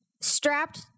strapped